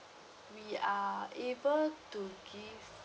we are able to give